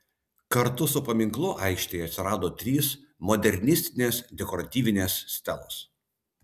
kartu su paminklu aikštėje atsirado trys modernistinės dekoratyvinės stelos